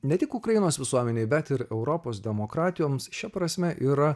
ne tik ukrainos visuomenei bet ir europos demokratijoms šia prasme yra